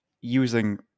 using